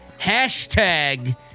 Hashtag